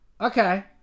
Okay